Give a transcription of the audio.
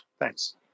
Thanks